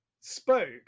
spoke